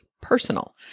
personal